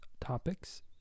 topics